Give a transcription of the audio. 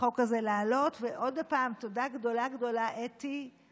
לחוק הזה לעלות, ועוד פעם, תודה גדולה גדולה, אתי.